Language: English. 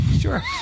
Sure